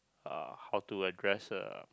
uh or to address uh